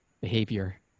behavior